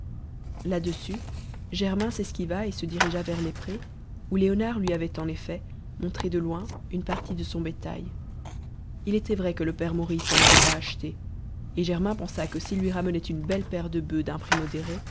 là-dessus germain s'esquiva et se dirigea vers les prés où léonard lui avait en effet montré de loin une partie de son bétail il était vrai que le père maurice en avait à acheter et germain pensa que s'il lui ramenait une belle paire de bufs d'un prix modéré